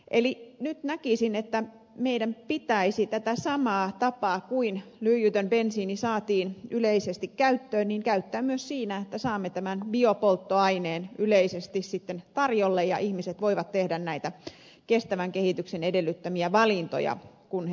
eli nyt näkisin että meidän pitäisi tätä samaa tapaa kuin millä lyijytön bensiini saatiin yleisesti käyttöön käyttää myös siinä että saamme tämän biopolttoaineen yleisesti sitten tarjolle ja ihmiset voivat tehdä näitä kestävän kehityksen edellyttämiä valintoja kun he autoilevat